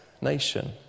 nation